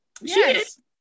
Yes